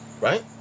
right